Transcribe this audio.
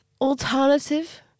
alternative